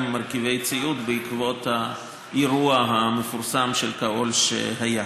מרכיבי ציוד בעקבות האירוע המפורסם של כאו"ל שהיה.